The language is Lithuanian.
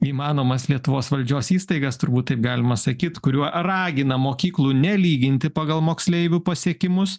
įmanomas lietuvos valdžios įstaigas turbūt taip galima sakyt kuriuo ragina mokyklų nelyginti pagal moksleivių pasiekimus